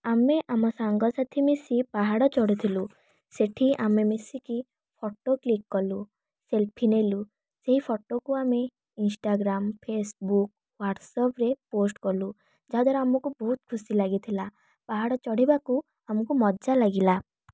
ଆମେ ଆମ ସାଙ୍ଗସାଥୀ ମିଶି ପାହାଡ଼ ଚଢ଼ୁଥିଲୁ ସେଇଠି ଆମେ ମିଶିକି ଫଟୋ କ୍ଲିକ କଲୁ ସେଲଫି ନେଲୁ ସେହି ଫଟୋକୁ ଆମେ ଇନଷ୍ଟାଗ୍ରାମ ଫେସବୁକ ହ୍ୱାଟ୍ଆପ୍ରେ ପୋଷ୍ଟ କଲୁ ଯାହା ଦ୍ୱାରା ଆମକୁ ବହୁତ ଖୁସି ଲାଗିଥିଲା ପାହାଡ଼ ଚଢ଼ିବାକୁ ଆମକୁ ମଜା ଲାଗିଲା